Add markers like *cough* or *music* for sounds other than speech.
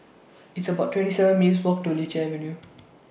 *noise* It's about twenty seven minutes' Walk to Lichi Avenue